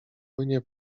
płynie